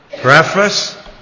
Preface